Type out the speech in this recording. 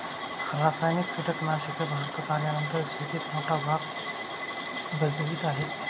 रासायनिक कीटनाशके भारतात आल्यानंतर शेतीत मोठा भाग भजवीत आहे